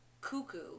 cuckoo